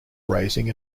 raising